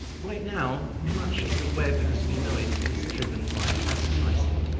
right now, much of the web as we know it is driven by advertising.